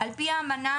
על פי האמנה,